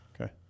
okay